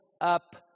up